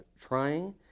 trying